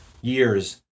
years